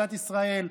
מדינת ישראל,